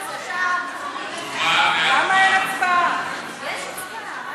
למה אין הצבעה עכשיו?